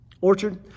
Orchard